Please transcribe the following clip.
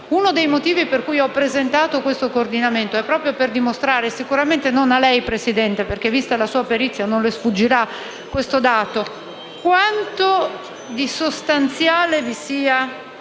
Uno dei motivi per cui ho presentato una proposta di coordinamento è proprio per dimostrare (sicuramente non ha lei, signor Presidente, perché vista la sua perizia non le sfuggirà questo dato) quanto di sostanziale vi sia